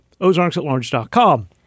ozarksatlarge.com